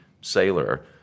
sailor